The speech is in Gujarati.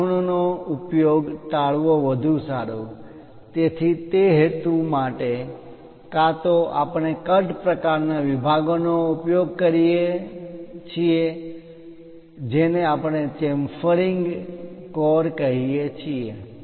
આ ખૂણા ઓ નો ઉપયોગ ટાળવો વધુ સારું છે તેથી તે હેતુ માટે કાં તો આપણે કટ પ્રકારના પ્રકારના વિભાગોનો ઉપયોગ કરીએ છીએ જેને આપણે ચેમ્ફરીંગ ઢાળવાળી કોર chamfering કહીએ છીએ